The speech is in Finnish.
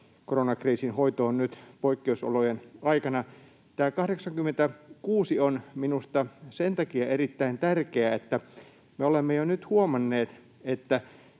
koronakriisin hoitoon nyt poikkeusolojen aikana. Tämä 86 § on minusta sen takia erittäin tärkeä, että me olemme jo nyt huomanneet, että